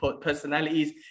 personalities